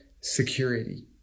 security